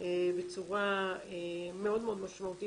בצורה מאוד משמעותית.